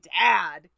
dad